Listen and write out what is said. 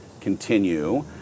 continue